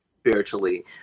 spiritually